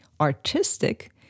artistic